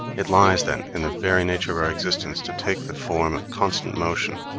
it lies, then, in the very nature of our existence to take the form of constant motion,